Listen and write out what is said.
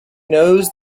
knows